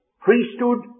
priesthood